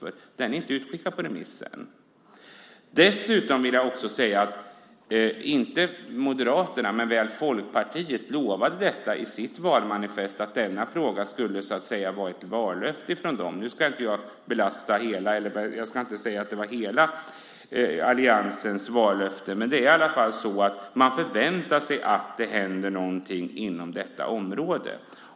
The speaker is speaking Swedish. Den frågan är inte utskickad på remiss än. Inte Moderaterna men väl Folkpartiet sade i sitt valmanifest att denna fråga skulle vara ett vallöfte. Nu ska jag inte säga att det var hela alliansens vallöfte, men man förväntar sig att det händer någonting inom detta område.